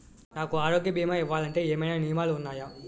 నాకు ఆరోగ్య భీమా ఇవ్వాలంటే ఏమైనా నియమాలు వున్నాయా?